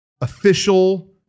official